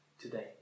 today